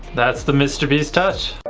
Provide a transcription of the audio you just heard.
that's the mr. beast touch.